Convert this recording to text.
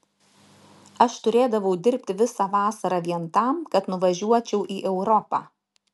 aš turėdavau dirbti visą vasarą vien tam kad nuvažiuočiau į europą